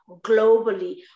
globally